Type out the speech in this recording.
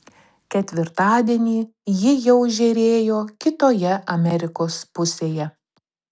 ketvirtadienį ji jau žėrėjo kitoje amerikos pusėje